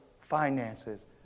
finances